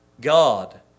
God